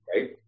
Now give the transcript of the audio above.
right